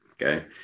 Okay